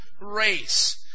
race